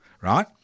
right